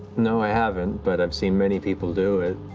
no, i haven't, but i've seen many people do it.